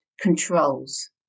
controls